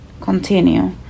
continue